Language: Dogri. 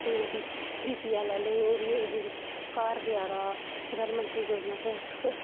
डीपो बीपीएल आह्लें दे घर घर देआ दा प्रधानमंत्री योजना च